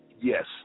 yes